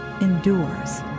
endures